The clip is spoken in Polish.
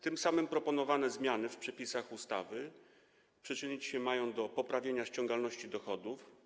Tym samym proponowane zmiany w przepisach ustawy przyczynić się mają do poprawienia ściągalności dochodów.